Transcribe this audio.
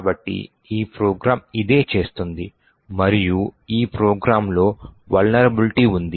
కాబట్టి ఈ ప్రోగ్రామ్ ఇదే చేస్తుంది మరియు ఈ ప్రోగ్రామ్లో వలనరబిలిటీ ఉంది